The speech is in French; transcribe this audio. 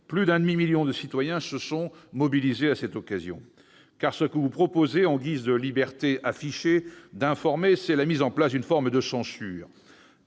plus d'un demi-million de citoyens se sont mobilisés, car ce que vous proposez en guise de liberté d'informer, c'est la mise en place d'une forme de censure.